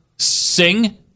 sing